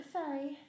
Sorry